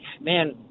man